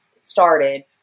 started